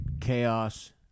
Chaos